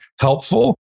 helpful